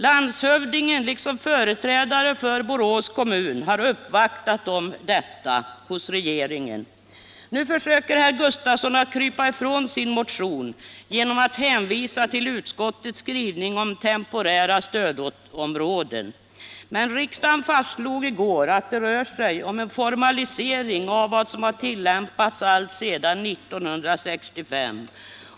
Landshövdingen liksom företrädare för Borås kommun har uppvaktat regeringen om detta. Nu försöker herr Gustafsson krypa ifrån sin motion genom att hänvisa till utskottets skrivning om temporära stödområden. Men riksdagen fastslog i går att det rör sig om en formalisering av vad som har tillämpats alltsedan 1965.